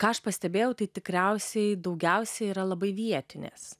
ką aš pastebėjau tai tikriausiai daugiausiai yra labai vietinės